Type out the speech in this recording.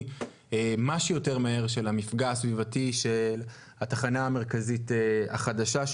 כמה שיותר מהר של המפגע הסביבתי של התחנה המרכזית החדשה.